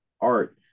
art